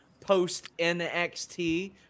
post-NXT